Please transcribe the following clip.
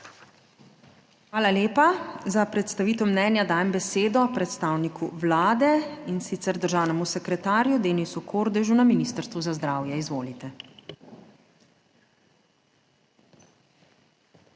Hvala lepa. Za predstavitev mnenja dajem besedo predstavniku Vlade, in sicer državnemu sekretarju Denisu Kordežu, na Ministrstvu za zdravje. Izvolite. DENIS